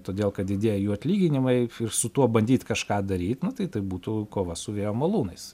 todėl kad didėja jų atlyginimai ir su tuo bandyt kažką daryt na tai tai būtų kova su vėjo malūnais